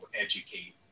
educate